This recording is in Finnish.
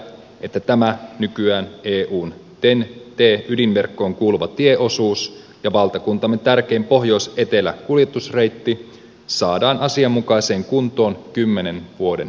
mitä tämä nykyään eun ten t tee ydinverkkoon kuuluva tieosuus ja valtakuntamme tärkein pohjoisetelä kuljetusreitti saadaan asianmukaiseen kuntoon kymmenen vuoden